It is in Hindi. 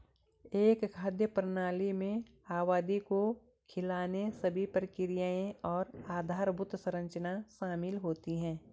एक खाद्य प्रणाली में आबादी को खिलाने सभी प्रक्रियाएं और आधारभूत संरचना शामिल होती है